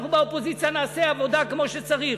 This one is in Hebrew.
אנחנו באופוזיציה נעשה עבודה כמו שצריך.